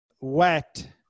wet